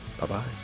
Bye-bye